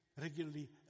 regularly